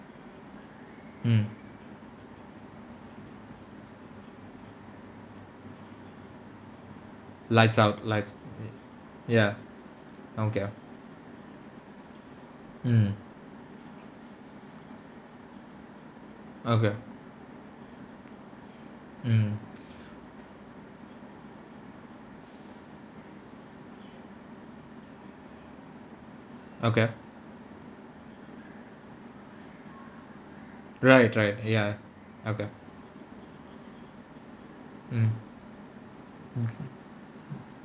mm lights out lights e~ ya okay mmhmm okay mmhmm okay right right ya okay mm mmhmm